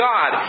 God